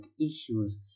issues